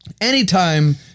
anytime